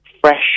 fresh